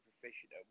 proficient